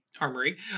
armory